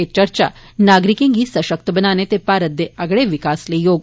एह् चर्चा नागरिकें गी सशक्त बनाने ते भारत दे अगड़े विकास लेई होग